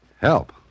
Help